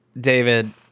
David